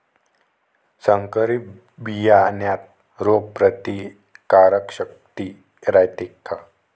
संकरित बियान्यात रोग प्रतिकारशक्ती रायते का?